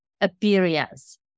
appearance